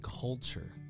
culture